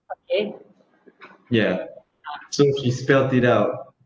ya so she spelled it out